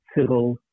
civil